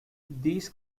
these